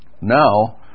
Now